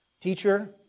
Teacher